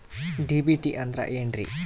DBT ಅಂದ್ರ ಏನ್ರಿ?